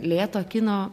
lėto kino